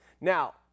Now